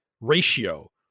ratio